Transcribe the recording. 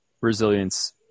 Resilience